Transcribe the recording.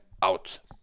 out